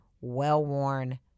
well-worn